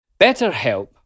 BetterHelp